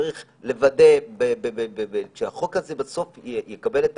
שצריך לוודא שהחוק הזה בסוף יקבל את